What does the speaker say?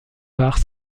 part